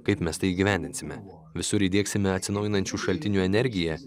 kaip mes tai įgyvendinsime visur įdiegsime atsinaujinančių šaltinių energiją